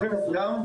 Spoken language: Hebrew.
שלום לכולם.